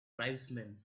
tribesmen